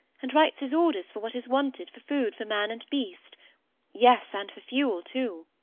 and writes his orders for what is wanted for food for man and beast yes, and for fuel, too.